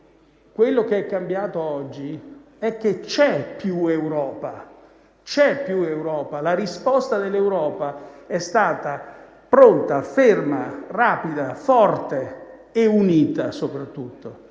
quello che è cambiato oggi è che c'è più Europa, la risposta dell'Europa è stata pronta, ferma, rapida, forte e soprattutto